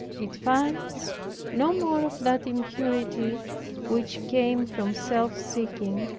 it finds no more of that impurity which came from self-seeking,